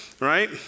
right